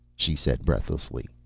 she said breathlessly.